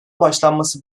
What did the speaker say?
başlanması